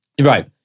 Right